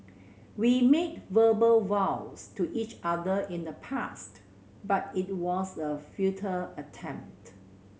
we made verbal vows to each other in the past but it was a futile attempt